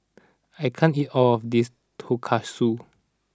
I can't eat all of this Tonkatsu